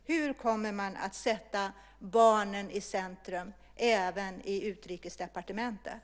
Hur kommer man att sätta barnen i centrum även i Utrikesdepartementet?